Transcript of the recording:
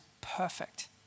perfect